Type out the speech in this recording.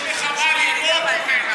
יש לך מה ללמוד ממנה.